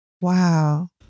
Wow